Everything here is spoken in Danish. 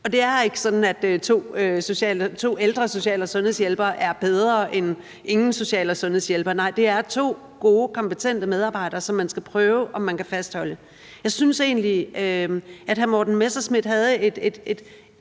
at man skal sige, at to ældre social- og sundhedshjælpere er bedre end ingen social- og sundhedshjælpere. Nej, det er to gode, kompetente medarbejdere, som man skal prøve, om man kan fastholde. Jeg synes egentlig, at hr. Morten Messerschmidt havde en